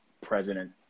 President